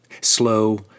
Slow